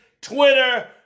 Twitter